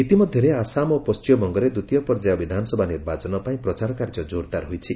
ଇତିମଧ୍ୟରେ ଆସାମ ଓ ପଶ୍ଚିମବଙ୍ଗରେ ଦ୍ୱିତୀୟ ପର୍ଯ୍ୟାୟ ବିଧାନସଭା ନିର୍ବାଚନ ପାଇଁ ପ୍ରଚାରକାର୍ଯ୍ୟ ଜୋରଦାର ହୋଇଛି